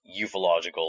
ufological